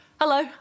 Hello